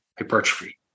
hypertrophy